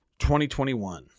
2021